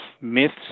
myths